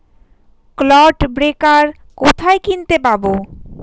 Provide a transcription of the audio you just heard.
Clod breaker কোথায় কিনতে পাব?